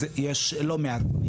יש לא מעט.